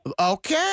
Okay